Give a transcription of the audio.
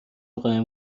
قایم